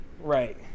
right